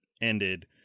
ended